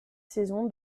saison